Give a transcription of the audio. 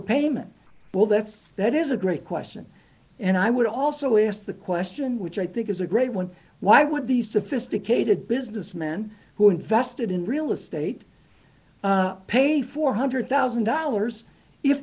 payment well that's that is a great question and i would also ask the question which i think is a great one why would the sophisticated businessman who invested in real estate pay four hundred thousand dollars if